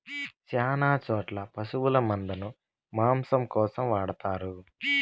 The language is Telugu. శ్యాన చోట్ల పశుల మందను మాంసం కోసం వాడతారు